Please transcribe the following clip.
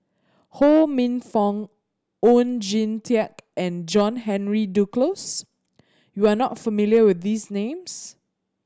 Ho Minfong Oon Jin Teik and John Henry Duclos you are not familiar with these names